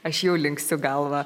aš jau linksiu galva